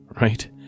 Right